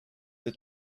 the